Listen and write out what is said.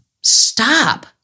Stop